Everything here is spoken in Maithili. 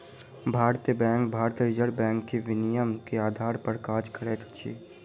भारतीय बैंक भारतीय रिज़र्व बैंक के विनियमन के आधार पर काज करैत अछि